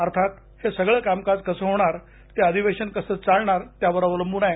अर्थात हे सगळं कामकाज कसं होणार ते अधिवेशन कसं चालणार त्यावर अवलंबून आहे